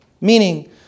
meaning